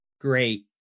Great